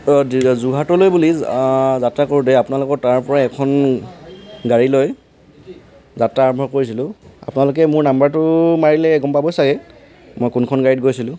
যোৰহাটলৈ বুলি যাত্ৰা কৰোঁতে আপোনালোকৰ তাৰপৰা এখন গাড়ী লৈ যাত্ৰা আৰম্ভ কৰিছিলোঁ আপোনালোকে মোৰ নম্বৰটো মাৰিলে গম পাবই চাগে মই কোনখন গাড়ীত গৈছিলোঁ